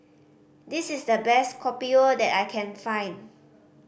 this is the best Kopi O that I can find